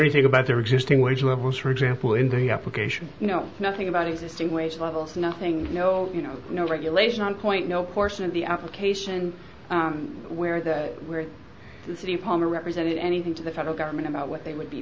anything about their existing wage levels for example in the application you know nothing about existing wage levels nothing no you know no regulation on point no portion of the application where that where the city of hama represented anything to the federal government about what they would be